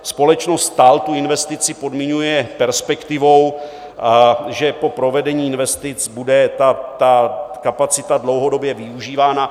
Společnost TAL tu investici podmiňuje perspektivou, že po provedení investic bude kapacita dlouhodobě využívána.